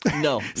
No